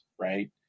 right